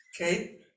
Okay